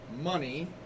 money